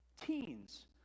teens